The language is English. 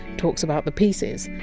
talks about the pieces!